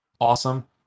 awesome